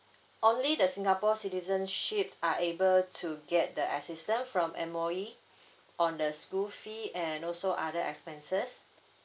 only the singapore citizenships are able to get the assistance from M_O_E on the school fee and also other expenses